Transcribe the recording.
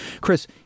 Chris